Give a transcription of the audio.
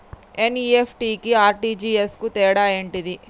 NEFT కి RTGS కు తేడా ఏంటిది?